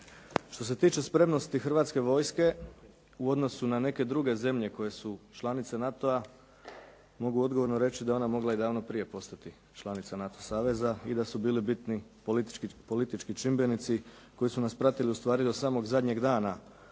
Što se tiče spremnosti Hrvatske vojske u odnosu na neke druge zemlje koje su članice NATO-a mogu odgovorno reći da je ona mogla i davno prije postati članica NATO saveza i da su bili bitni politički čimbenici koji su nas pratili u stvari do samog zadnjeg dana